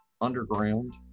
underground